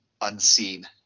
unseen